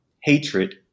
hatred